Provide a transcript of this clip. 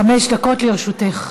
חמש דקות לרשותך.